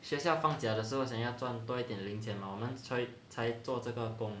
学校放假的时候想要赚多一点零钱 mah 我们所以才做这个工